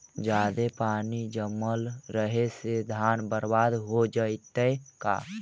जादे पानी जमल रहे से धान बर्बाद हो जितै का?